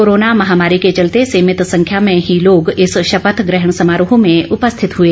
corona महामारी के चलते सीमित संख्या में ही लोग इस शपथ ग्रहण समारोह में उपस्थित हुए